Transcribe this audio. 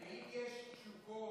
אם יש תשוקות או